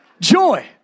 Joy